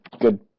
good